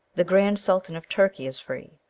the grand sultan of turkey is free.